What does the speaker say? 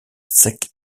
sec